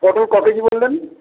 পটল ক কেজি বললেন